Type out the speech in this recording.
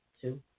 two